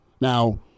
now